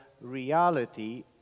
reality